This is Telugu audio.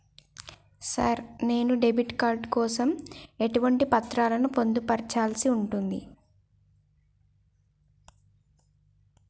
సార్ నేను డెబిట్ కార్డు కోసం ఎటువంటి పత్రాలను పొందుపర్చాల్సి ఉంటది?